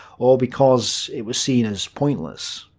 or because it was seen as pointless.